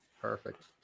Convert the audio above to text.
Perfect